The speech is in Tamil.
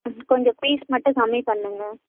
ம் கொஞ்சம் ஃபீஸ் மட்டும் கம்மி பண்ணுங்கள்